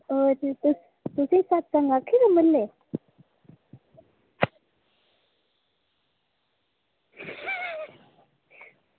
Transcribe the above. होर भी तुसेंगी सत्संग आक्खे दा म्हल्लै